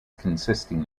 consisting